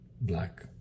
black